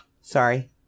Sorry